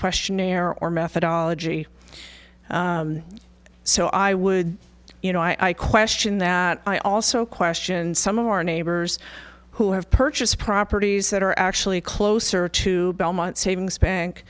questionnaire or methodology so i would you know i question that i also question some of our neighbors who have purchased properties that are actually closer to belmont savings bank